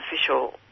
official